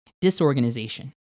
disorganization